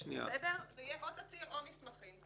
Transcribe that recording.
זה יהיה או תצהיר או מסמכים,